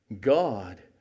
God